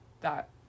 that-